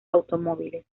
automóviles